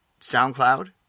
SoundCloud